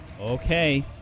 Okay